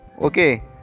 Okay